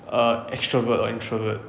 err extrovert or introvert